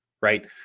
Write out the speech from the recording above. right